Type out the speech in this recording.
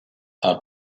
are